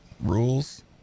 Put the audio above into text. rules